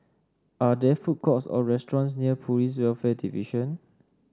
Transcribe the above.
are there food courts or restaurants near Police Welfare Division